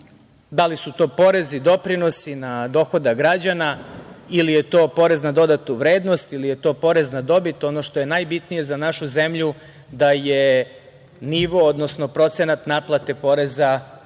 Da li su to porezi, doprinosi na dohodak građana ili je to porez na dodatu vrednost ili je to porez na dobit, ono što je najbitnije za našu zemlju da je nivo, odnosno procenat naplate poreza